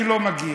כי לא מגיע,